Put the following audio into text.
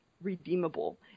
redeemable